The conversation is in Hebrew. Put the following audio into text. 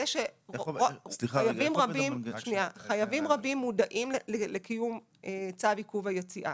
שחייבים רבים מודעים לקיום צו עיכוב היציאה,